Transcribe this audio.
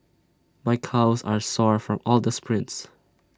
my calves are sore from all the sprints